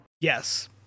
yes